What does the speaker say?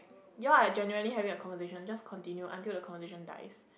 you all are genuinely having a conversation just continue until the conversation dies